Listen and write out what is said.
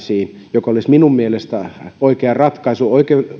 mikä olisi minun mielestäni oikea ratkaisu